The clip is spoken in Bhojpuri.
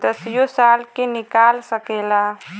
दसियो साल के निकाल सकेला